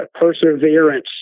perseverance